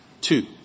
Two